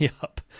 up